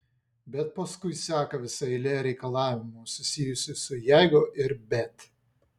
bet paskui seka visa eilė reikalavimų susijusių su jeigu ir bet